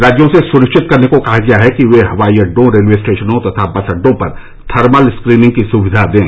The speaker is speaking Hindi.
राज्यों से सुनिश्चित करने को कहा गया है कि वे हवाई अड्डों रेलवे स्टेशनों तथा बस अड्डों पर थर्मल स्क्रीनिंग की सुविधा दें